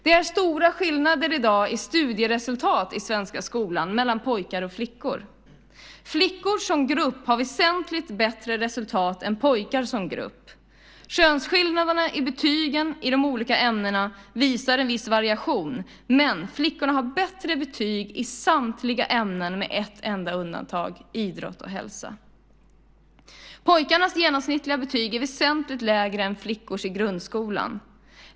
Det är stora skillnader i dag i studieresultat i den svenska skolan mellan pojkar och flickor. Flickor som grupp har väsentligt bättre resultat än pojkar som grupp. Könsskillnaderna i betygen i de olika ämnena visar en viss variation, men flickorna har bättre betyg i samtliga ämnen med ett enda undantag, nämligen idrott och hälsa. Pojkarnas genomsnittliga betyg är väsentligt lägre än flickornas i grundskolan.